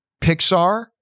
Pixar